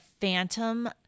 phantom